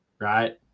Right